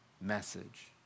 message